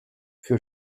für